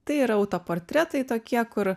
tai yra autoportretai tokie kur